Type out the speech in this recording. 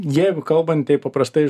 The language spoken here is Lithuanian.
jeigu kalbant taip paprastai